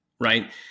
right